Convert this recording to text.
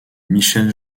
michel